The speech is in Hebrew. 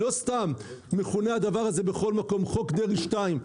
לא סתם מכונה הדבר הזה בכול מקום "חוק דרעי 2"